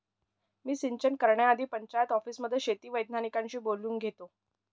मी सिंचन करण्याआधी पंचायत ऑफिसमध्ये शेती वैज्ञानिकांशी बोलून घेतो